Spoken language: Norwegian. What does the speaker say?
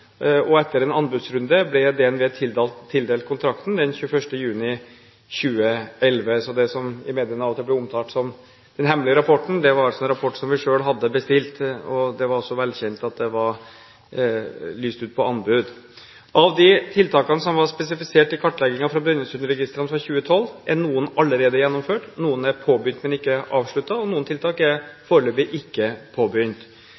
og etter en anbudsrunde ble DNV tildelt kontrakten den 21. juni 2011. Det som i mediene av og til blir omtalt som «den hemmelige rapporten», var altså en rapport som vi selv hadde bestilt, og det var også velkjent at den var lyst ut på anbud. Av de tiltakene som var spesifisert i kartleggingen fra Brønnøysundregistrene fra 2012, er noen allerede gjennomført, noen er påbegynt, men ikke avsluttet, og noen tiltak er foreløpig ikke påbegynt.